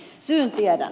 syyn tiedän